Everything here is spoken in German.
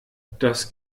das